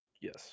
Yes